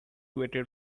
waited